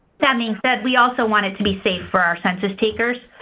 that being said, we also want it to be safe for our census takers.